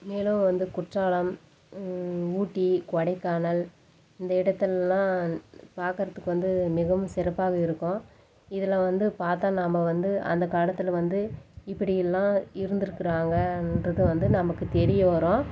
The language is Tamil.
மேலும் வந்து குற்றாலம் ஊட்டி கொடைக்கானல் இந்த இடத்துலலாம் பார்க்குறதுக்கு வந்து மிகவும் சிறப்பாக இருக்கும் இதில் வந்து பார்த்தா நம்ம வந்து அந்த காலத்தில் வந்து இப்படியெல்லா இருந்துருக்கிறாங்கன்றது வந்து நமக்கு தெரிய வரும்